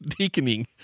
deaconing